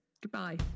goodbye